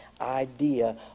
idea